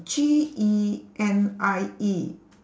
G E N I E